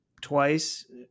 twice